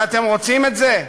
ואתם רוצים את זה?